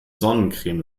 sonnencreme